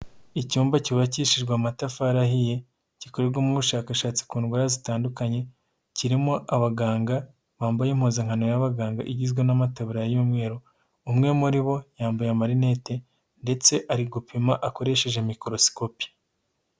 Icyumba cyubakishijwe amatafarihiye, gikoremo ubushakashatsi ku ndwara zitandukanye, kirimo abaganga bambaye impuzankano y'abaganga igizwe n'amataburiya y'umweru, umwe muri bo yambaye marinete ndetse ari gupima akoresheje microsikopi.